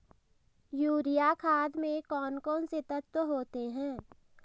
Urea खाद में कौन कौन से तत्व होते हैं?